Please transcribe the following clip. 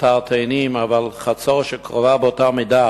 אתר "תאנים"; אבל חצור, שקרובה באותה מידה